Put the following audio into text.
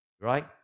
Right